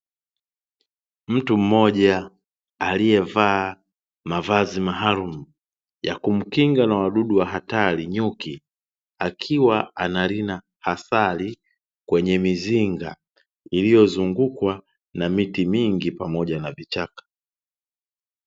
Mtu mmoja aliyevaa mavazi maalumu ya kumkinga na wadudu wa hatari, nyuki; akiwa anarina asali kwenye mizinga iliyozungukwa na miti mingi pamoja na vichaka.